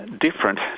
different